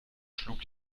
schlug